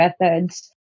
methods